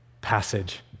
passage